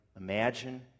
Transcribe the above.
imagine